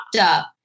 up